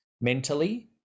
mentally